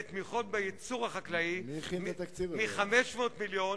בתמיכות בייצור החקלאי, מ-500 מיליון,